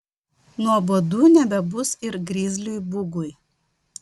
nuobodu nebebus ir grizliui bugui